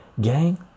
gang